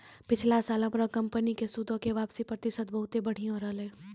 पिछला साल हमरो कंपनी के सूदो के वापसी प्रतिशत बहुते बढ़िया रहलै